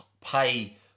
pay